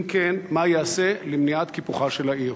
2. אם כן, מה ייעשה למניעת קיפוחה של העיר?